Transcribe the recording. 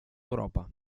europa